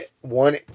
one